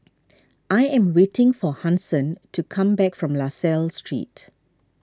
I am waiting for Hanson to come back from La Salle Street